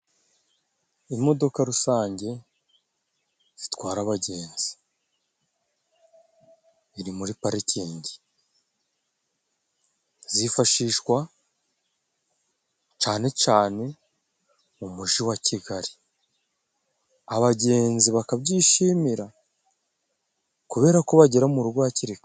Imodoka rusange zitwara abagenzi iri muri parikingi, zifashishwa cane cane mu muji wa kigali, abagenzi bakabyishimira kubera ko bagera mu rugo hakiri kare.